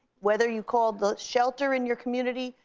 whether you called the shelter in your community,